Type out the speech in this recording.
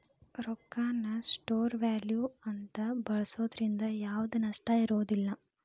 ರೊಕ್ಕಾನ store value ಅಂತ ಬಳ್ಸೋದ್ರಿಂದ ಯಾವ್ದ್ ನಷ್ಟ ಇರೋದಿಲ್ಲ